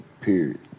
period